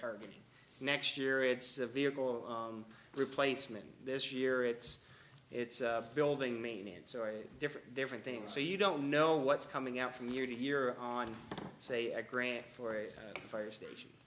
target next year it's a vehicle replacement this year it's it's building maintenance or different different things so you don't know what's coming out from year to year on say a grant for a fire station